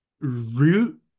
root